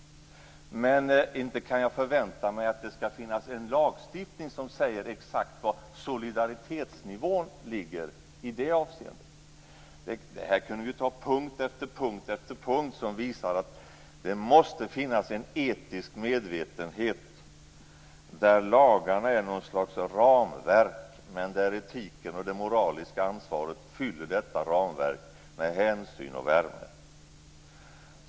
Men inte kan jag förvänta mig att det skall finnas en lagstiftning som säger exakt var solidaritetsnivån ligger i det avseendet. Vi kunde ta punkt efter punkt som visar att det måste finnas en etisk medvetenhet där lagarna är något slags ramverk och etiken och det moraliska ansvaret fyller detta ramverk med hänsyn och värme.